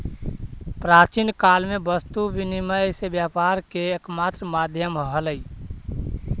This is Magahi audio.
प्राचीन काल में वस्तु विनिमय से व्यापार के एकमात्र माध्यम हलइ